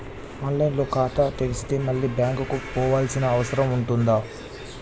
On line లో ఖాతా తెరిస్తే మళ్ళీ బ్యాంకుకు పోవాల్సిన అవసరం ఉంటుందా?